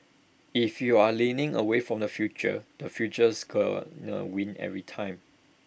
if you're leaning away from the future the future is gonna win every time